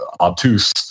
obtuse